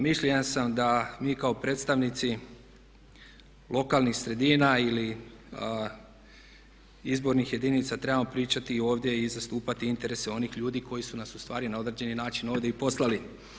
Mišljenja sam da mi kao predstavnici lokalnih sredina ili izbornih jedinica trebamo pričati ovdje i zastupati interese onih ljudi koji su nas ustvari na određeni način ovdje i poslali.